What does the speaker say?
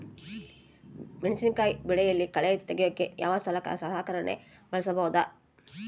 ಮೆಣಸಿನಕಾಯಿ ಬೆಳೆಯಲ್ಲಿ ಕಳೆ ತೆಗಿಯೋಕೆ ಯಾವ ಸಲಕರಣೆ ಬಳಸಬಹುದು?